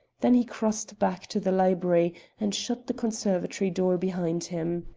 then he crossed back to the library and shut the conservatory door behind him.